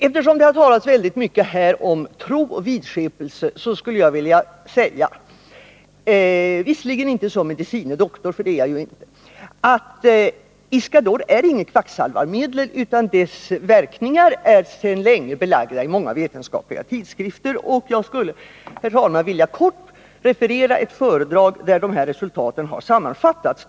Eftersom det här har talats mycket om tro och vidskepelse skulle jag vilja säga -— visserligen inte som medicine doktor, för det är jag ju inte — att Iscador ingalunda är något kvacksalvarmedel. Dess verkningar är sedan länge belagda i många vetenskapliga tidskrifter. Jag skulle, herr talman, vilja kort referera ett föredrag där resultaten har sammanfattats.